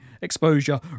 exposure